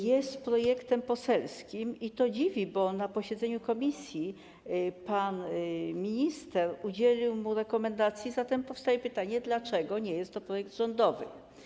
Jest projektem poselskim i to dziwi, bo na posiedzeniu komisji pan minister udzielił mu rekomendacji, zatem powstaje pytanie, dlaczego nie jest to projekt rządowy.